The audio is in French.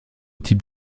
type